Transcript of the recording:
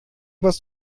was